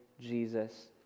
Jesus